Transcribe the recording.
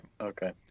okay